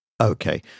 okay